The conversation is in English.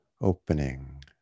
opening